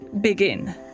begin